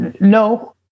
No